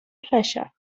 pleasure